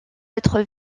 être